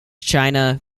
china